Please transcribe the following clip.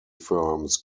firms